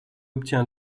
obtient